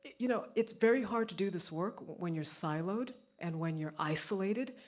you know it's very hard to do this work when you're siloed, and when you're isolated,